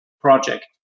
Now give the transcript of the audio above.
project